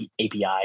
API